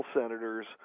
senators